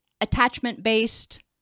attachment-based